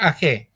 Okay